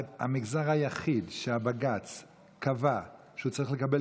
המגזר היחיד שבג"ץ קבע שהוא צריך לקבל